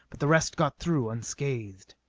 but the rest got through unscathed.